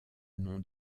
nom